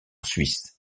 suisse